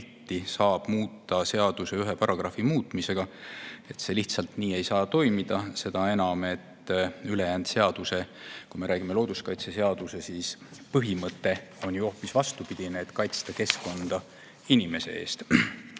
pildi muutmine seaduse ühe paragrahvi muutmise tõttu lihtsalt ei saa toimida. Seda enam, et ülejäänud seaduse, kui me räägime looduskaitseseadusest, põhimõte on ju hoopis vastupidine: kaitsta keskkonda inimese eest.